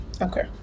Okay